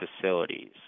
facilities